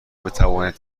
بتوانید